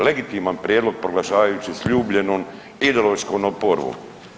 Legitiman prijedlog proglašavajući sljubljenom ideološkom oporbom.